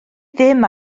ddim